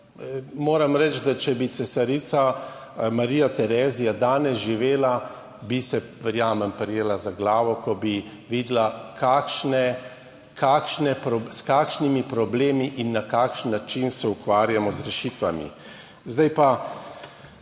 moram reči, če bi cesarica Marija Terezija danes živela, bi se, verjamem, prijela za glavo, ko bi videla s kakšnimi problemi in na kakšen način se ukvarjamo z rešitvami. Prva